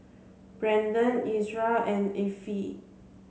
Branden Ezra and Affie